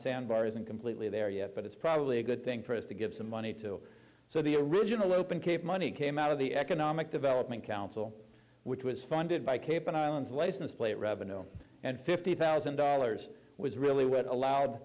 sand bar isn't completely there yet but it's probably a good thing for us to give some money to so the original open cape money came out of the economic development council which was funded by cape and islands license plate revenue and fifty thousand dollars was really what allowed